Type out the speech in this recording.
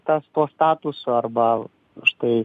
tas to statusą arba už tai